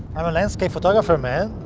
i'm a landscape photographer, man.